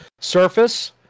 surface